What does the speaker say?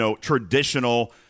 traditional